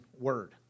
word